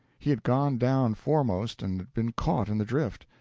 he had gone down foremost and had been caught in the drift.